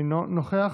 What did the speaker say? אינו נוכח,